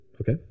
okay